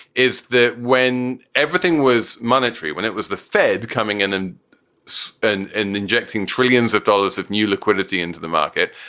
is that when everything was monetary, when it was the fed coming in and and injecting trillions of dollars of new liquidity into the market,